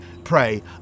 pray